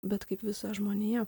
bet kaip visa žmonija